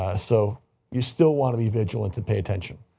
ah so you still want to be vigilant and pay attention.